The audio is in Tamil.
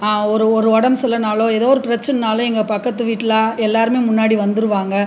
ஒரு ஒரு உடம்பு சரியில்லனாலோ ஏதோ ஒரு பிரச்சினன்னாலும் எங்கள் பக்கத்து வீட்டில் எல்லோருமே முன்னாடி வந்துருவாங்க